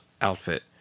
outfit